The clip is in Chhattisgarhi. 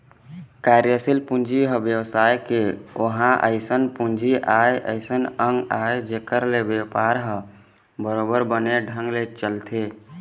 कार्यसील पूंजी ह बेवसाय के ओहा अइसन पूंजी आय अइसन अंग आय जेखर ले बेपार ह बरोबर बने ढंग ले चलथे